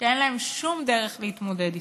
שאין להם שום דרך להתמודד איתו.